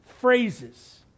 phrases